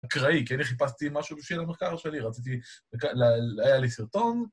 אקראי, כי אני חיפשתי משהו בשביל המחקר שלי, רציתי... היה לי סרטון.